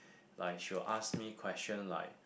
like she will ask me question like